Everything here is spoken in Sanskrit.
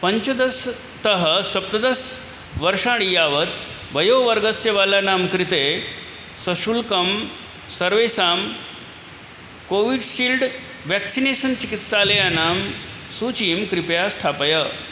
पञ्चदशतः सप्तदशवर्षाणि यावत् वयोवर्गस्य बालानां कृते सशुल्कं सर्वेषां कोविशील्ड् व्याक्सिनेषन् चिकित्सालयानां सूचीं कृपया स्थापय